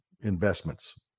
investments